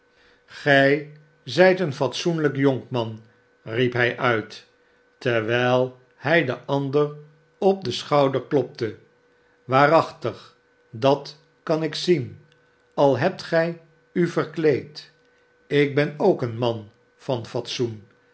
gij zijt een fatsoenlijk jonkman riep hij uit terwijl hij den ander op den schouder klopte iwaarachtig dat kan ik zien al hebt gij u verkleed ik ben ook een man van fatsoen